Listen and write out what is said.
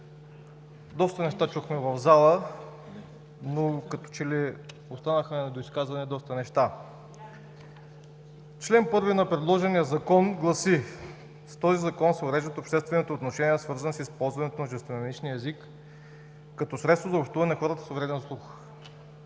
Доста неща чухме в залата, но като че ли останаха недоизказани доста неща. Член първи на предложения Законопроект гласи: „С този закон се уреждат обществените отношения, свързани с използването на жестомимичния език като средство за общуване на хората с увреден слух“.